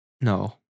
no